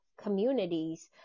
communities